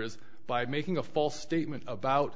is by making a false statement about